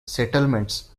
settlements